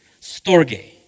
storge